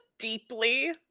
Deeply